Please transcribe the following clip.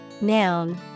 noun